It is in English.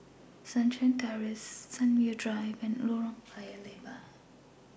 Sunshine Terrace Sunview Drive and Lorong Paya Lebar